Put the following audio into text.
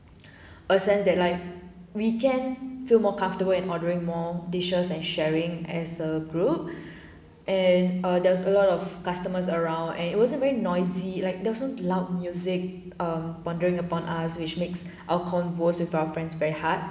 a sense that like we can feel more comfortable and ordering more dishes and sharing as a group and uh there was a lot of customers around and it wasn't very noisy like there was no loud music um pondering upon us which makes our converse with our friends very hard